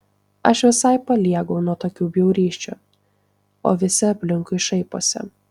aš visai paliegau nuo tokių bjaurysčių o visi aplinkui šaiposi